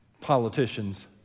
politicians